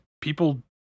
people